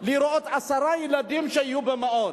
לראות שיהיו עשרה ילדים במעון.